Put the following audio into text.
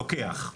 לוקח.